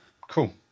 Cool